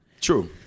True